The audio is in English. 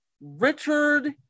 Richard